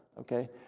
okay